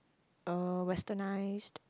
uh westernised